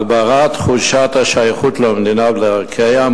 הגברת תחושת השייכות למדינה ולערכיה,